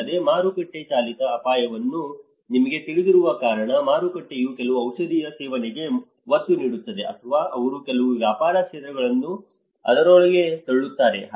ಅಲ್ಲದೆ ಮಾರುಕಟ್ಟೆ ಚಾಲಿತ ಅಪಾಯವು ನಿಮಗೆ ತಿಳಿದಿರುವ ಕಾರಣ ಮಾರುಕಟ್ಟೆಯು ಕೆಲವು ಔಷಧಿಗಳ ಸೇವನೆಗೆ ಒತ್ತು ನೀಡುತ್ತದೆ ಅಥವಾ ಅವರು ಕೆಲವು ವ್ಯಾಪಾರ ಕ್ಷೇತ್ರಗಳನ್ನು ಅದರೊಳಗೆ ತಳ್ಳುತ್ತಾರೆ